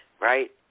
Right